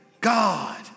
God